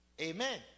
amen